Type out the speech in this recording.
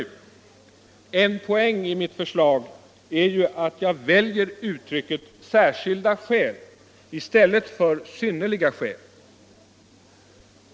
En poäng i mitt förslag är ju att jag väljer uttrycket ”särskilda skäl” i stället för ”synnerliga skäl”.